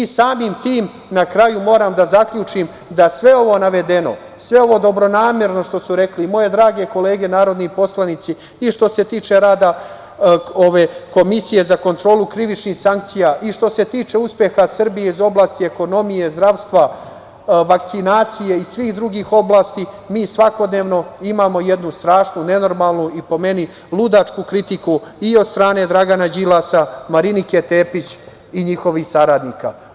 Samim tim, na kraju moram da zaključim da sve ovo navedeno, sve ovo dobronamerno što su rekle i moje drage kolege narodni poslanici, i što se tiče rada ove Komisije za kontrolu krivičnih sankcija, i što se tiče uspeha Srbije iz oblasti ekonomije, zdravstva, vakcinacije i svih drugih oblasti, mi svakodnevno imamo jednu strašnu, nenormalnu i po meni, ludačku kritiku i od strane Dragana Đilasa, Marinike Tepić i njihovih saradnika.